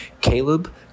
Caleb